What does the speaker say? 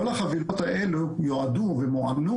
כל החבילות האלה יועדו ומוענו